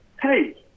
hey